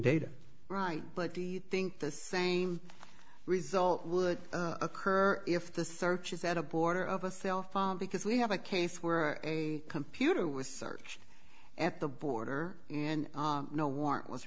data right but do you think the same result would occur if the thirty's had a border of a cell phone because we have a case where a computer was searched at the border and no w